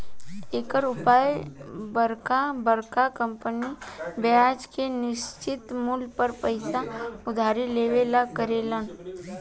एकर उपयोग बरका बरका कंपनी ब्याज के निश्चित मूल पर पइसा उधारी लेवे ला करेले